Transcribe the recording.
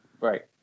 Right